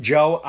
Joe